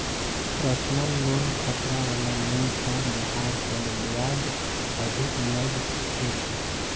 personal loan खतरा वला loan छ जहार पर ब्याज अधिक लग छेक